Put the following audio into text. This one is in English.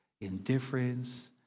Indifference